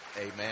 Amen